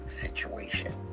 situation